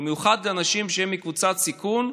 במיוחד אנשים שהם מקבוצת סיכון,